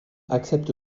accepte